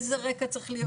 איזה רקע צריך להיות,